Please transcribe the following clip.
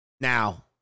Now